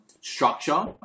structure